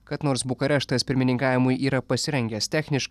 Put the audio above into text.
kad nors bukareštas pirmininkavimui yra pasirengęs techniškai